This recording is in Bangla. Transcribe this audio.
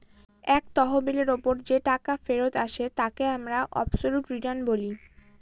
এক তহবিলের ওপর যে টাকা ফেরত আসে তাকে আমরা অবসোলুট রিটার্ন বলি